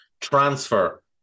transfer